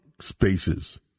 spaces